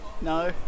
No